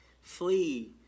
flee